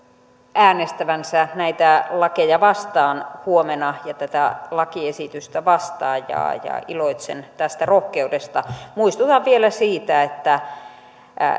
äänestävänsä huomenna näitä lakeja vastaan ja tätä lakiesitystä vastaan iloitsen tästä rohkeudesta muistutan vielä siitä että